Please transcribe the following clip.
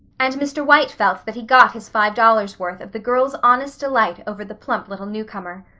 and mr. white felt that he got his five dollars' worth of the girls' honest delight over the plump little newcomer.